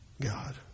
God